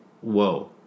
Whoa